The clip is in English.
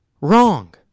Wrong